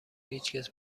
هیچکس